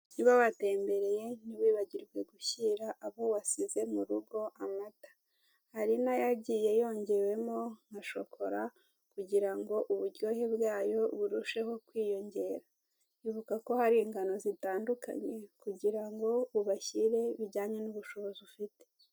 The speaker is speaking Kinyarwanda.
Niba watembereye ntiwibagirwe gushyira abo wasize murugo amata. Hari n'ayagiye yongewemo na shokola kugira ngo uburyohe bwayo burusheho kwiyongera. Ibuka ko hari ingano zitandukanye kugira ngo ubashyire bijyanye n'ubushobozi ufite.